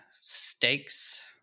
stakes